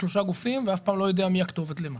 שלושה גופים ואף פעם לא יידע מי הכתובת למה.